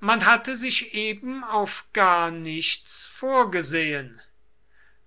man hatte sich eben auf gar nichts vorgesehen